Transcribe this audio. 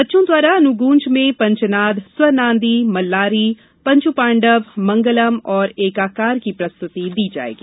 बच्चों द्वारा अनुगूँज में पंचनाद स्वर नादी मल्लारी पंचु पाण्डव मंगलम एवं एकाकार की प्रस्तुति दी जायेगी